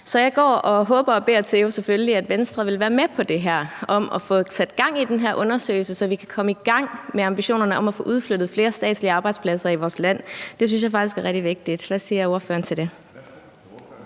selvfølgelig og håber og beder til, at Venstre vil være med på det her med at få sat gang i den her undersøgelse, så vi kan komme i gang med ambitionerne om at få udflyttet flere statslige arbejdspladser i vores land. Det synes jeg faktisk er rigtig vigtigt. Hvad siger ordføreren til det?